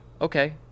okay